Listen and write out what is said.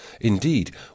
Indeed